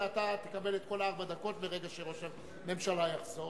ואתה תקבל את כל ארבע הדקות מרגע שראש הממשלה יחזור.